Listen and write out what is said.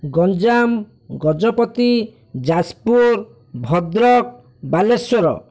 Ganjam Gajapati Jajpur Bhadrak Baleswar